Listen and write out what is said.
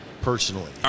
personally